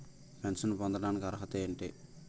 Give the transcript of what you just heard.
Pension పొందడానికి అర్హత ఏంటి?